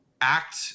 act